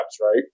right